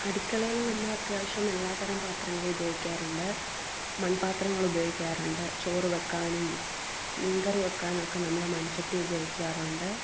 അടുക്കളയിൽ നമ്മളത്യാവശ്യം എല്ലാ തരം പാത്രങ്ങളും ഉപയോഗിക്കാറുണ്ട് മൺപാത്രങ്ങളുപയോഗിക്കാറുണ്ട് ചോറ് വെക്കാനും മീൻ കറി വെക്കാനൊക്കെ നമ്മൾ മൺചട്ടി ഉപയോഗിക്കാറുണ്ട്